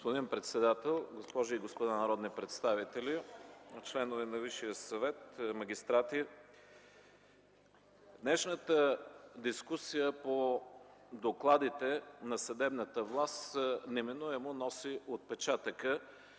Господин председател, госпожи и господа народни представители, членове на Висшия съвет, магистрати! Днешната дискусия по докладите на съдебната власт неминуемо носи отпечатъка